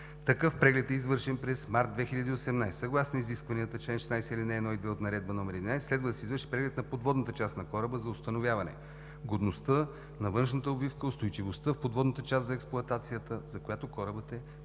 Такъв преглед е извършен през март 2018 г. Съгласно изискванията на чл. 16, ал. 1 и 2 от Наредба № 11 следва да се извърши преглед на подводната част на кораба за установяване годността на външната обвивка, устойчивостта в подводната част за експлоатацията, за която корабът е предназначен.